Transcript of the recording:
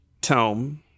tome